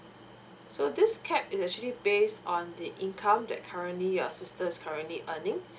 so this cap is actually based on the income that currently your sister is currently earning